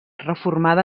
reformada